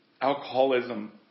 alcoholism